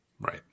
Right